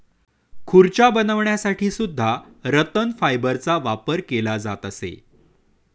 खुर्च्या बनवण्यासाठी सुद्धा रतन फायबरचा वापर केला जात असे